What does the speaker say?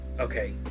Okay